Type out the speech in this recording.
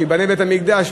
שייבנה בית-המקדש,